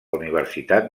universitat